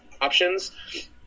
options